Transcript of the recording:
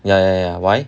ya ya why